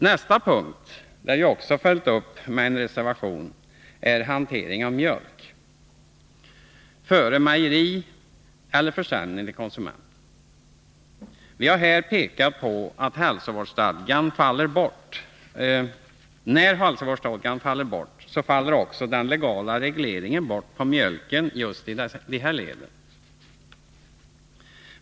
Nästa punkt, där vi också följt upp med en reservation, är hantering av mjölk före mejeri eller försäljning till konsument. Vi har här pekat på att när hälsovårdsstadgan faller bort, faller också den legala regleringen bort för mjölken i detta led.